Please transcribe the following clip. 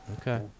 Okay